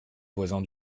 voisin